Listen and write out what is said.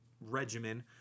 regimen